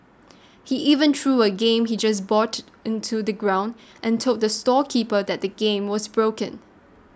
he even threw a game he just bought onto the ground and told the storekeeper that the game was broken